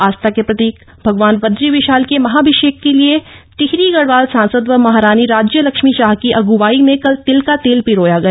आस्था के प्रतीक भगवान बद्री विशाल के महाभिषेक के लिए टिहरी गढ़वाल सांसद व महारानी राज्य लक्ष्मी शाह की अग्वाई में कल तिल का तेल पिरोया गया